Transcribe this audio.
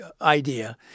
idea